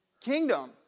Kingdom